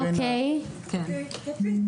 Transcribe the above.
(אומרת דברים בשפת הסימנים,